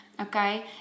Okay